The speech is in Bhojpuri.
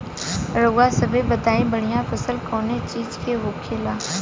रउआ सभे बताई बढ़ियां फसल कवने चीज़क होखेला?